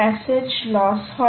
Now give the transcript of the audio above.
message loss হয়